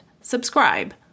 subscribe